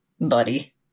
buddy